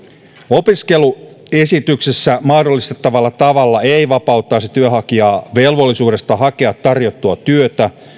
opiskelu esityksessä mahdollistettavalla tavalla ei vapauttaisi työnhakijaa velvollisuudesta hakea tarjottua työtä